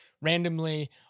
randomly